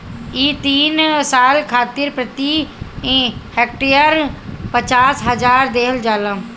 इ तीन साल खातिर प्रति हेक्टेयर पचास हजार देहल जाला